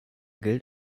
gilt